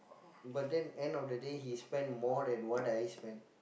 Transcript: but then end of the day he spend more than what I spend